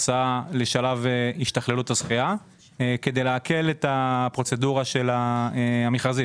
בקשות לתיקונים כאלה ואחרים, שזו פרוצדורה שנייה.